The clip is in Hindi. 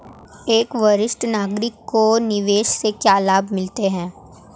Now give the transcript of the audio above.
एक वरिष्ठ नागरिक को निवेश से क्या लाभ मिलते हैं?